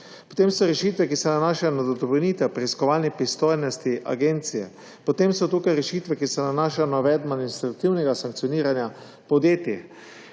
Potem so rešitve, ki se nanašajo na dopolnitev preiskovalnih pristojnosti agencije. Potem so tukaj rešitve, ki se nanašajo na uvedbo administrativnega sankcioniranja podjetij.